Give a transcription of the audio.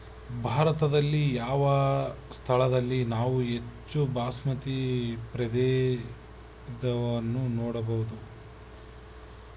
ಭಾರತದಲ್ಲಿ ಯಾವ ಸ್ಥಳದಲ್ಲಿ ನಾವು ಹೆಚ್ಚು ಬಾಸ್ಮತಿ ಪ್ರಭೇದವನ್ನು ನೋಡಬಹುದು?